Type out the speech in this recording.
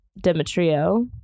demetrio